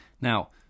Now